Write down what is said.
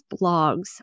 blogs